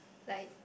like